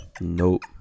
Nope